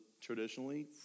traditionally